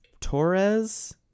Torres